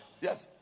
Yes